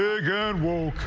yeah begun will.